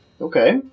Okay